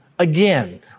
Again